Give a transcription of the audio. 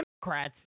Democrats